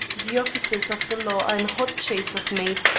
the officers of the law are in hot chase of me,